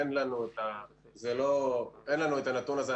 אין לנו את הנתון הזה,